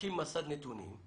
להקים מסד נתונים.